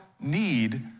need